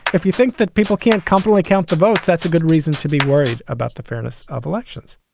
if you think that people can't comfortably count the votes, that's a good reason to be worried about the fairness of elections